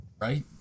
right